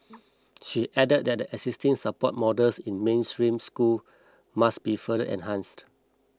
she added that the existing support models in mainstream school must be further enhanced